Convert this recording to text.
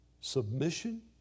Submission